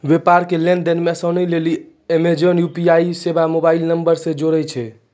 व्यापारो के लेन देन मे असानी लेली अमेजन यू.पी.आई सेबा मोबाइल नंबरो से जोड़ै छै